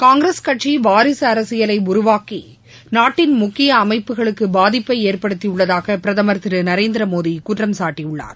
காங்கிரஸ் கட்சி வாரிசு அரசியலை உருவாக்கி நாட்டின் முக்கிய அமைப்புகளுக்கு பாதிப்பை ஏற்படுத்தியுள்ளதாக பிரதமர் திரு நரேந்திரமோடி குற்றம் சாட்டியுள்ளார்